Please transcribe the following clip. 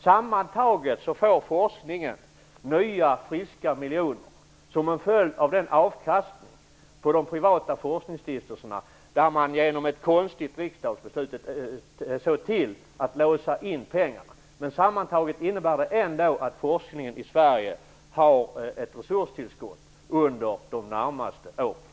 Sammantaget får forskningen nya friska miljoner som en följd av den avkastning på de privata forskningsstiftelserna, där man genom ett konstigt riksdagsbeslut såg till att låsa in pengarna. Men det innebär ändå att forskningen i Sverige får ett resurstillskott under de närmaste åren.